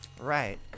Right